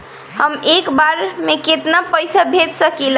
हम एक बार में केतना पैसा भेज सकिला?